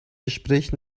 gespräch